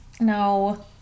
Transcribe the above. no